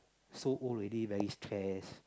so old already very stress